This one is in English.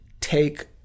take